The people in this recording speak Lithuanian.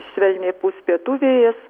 švelniai pūs pietų vėjas